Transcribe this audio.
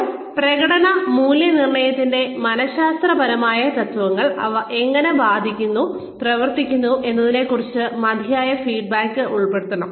ഇപ്പോൾ പ്രകടന മൂല്യനിർണ്ണയത്തിന്റെ മനഃശാസ്ത്രപരമായ തത്ത്വങ്ങൾ അവ എങ്ങനെ പ്രവർത്തിക്കുന്നു എന്നതിനെക്കുറിച്ച് മതിയായ ഫീഡ്ബാക്ക് ഉൾപ്പെടുത്തണം